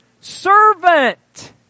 Servant